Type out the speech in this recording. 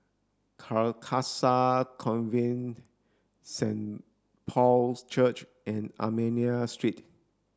Carcasa Convent Saint Paul's Church and Armenian Street